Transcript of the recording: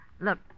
Look